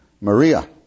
Maria